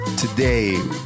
today